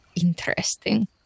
interesting